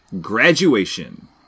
Graduation